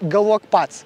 galvok pats